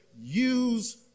use